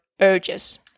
urges